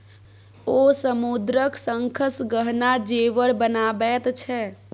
ओ समुद्रक शंखसँ गहना जेवर बनाबैत छै